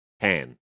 pan